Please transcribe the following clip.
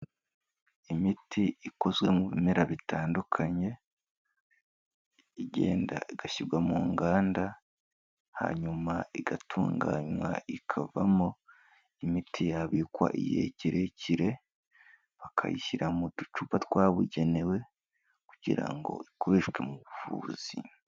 Imiti ikozwe mu bimera bitandukanye, igenda igashyirwa mu nganda, hanyuma igatunganywa ikavamo imiti yabikwa igihe kirekire, bakayishyira mu ducupa twabugenewe, kugira ngo ikoreshwe mu buvuzi.